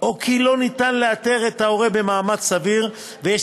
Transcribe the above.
או כי לא ניתן לאתר את ההורה במאמץ סביר ויש